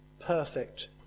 perfect